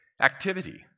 activity